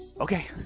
Okay